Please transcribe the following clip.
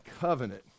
covenant